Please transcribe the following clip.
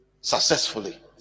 Successfully